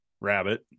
Rabbit